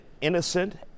innocent